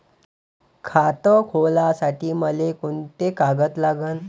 खात खोलासाठी मले कोंते कागद लागन?